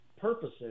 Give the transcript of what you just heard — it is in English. purposes